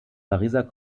pariser